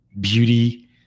beauty